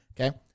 okay